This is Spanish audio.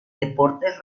deportes